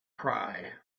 cry